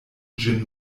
ĝin